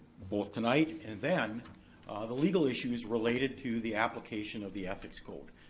both tonight and then the legal issues related to the application of the ethics code.